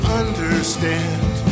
understand